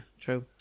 true